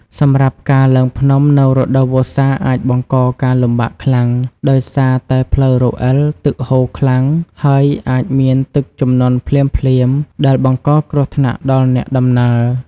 សម្រាប់ការឡើងភ្នំនៅរដូវវស្សាអាចបង្កការលំបាកខ្លាំង ដោយសារតែផ្លូវរអិល ទឹកហូរខ្លាំង ហើយអាចមានទឹកជំនន់ភ្លាមៗ ដែលបង្កគ្រោះថ្នាក់ដល់អ្នកដំណើរ។